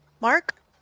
mark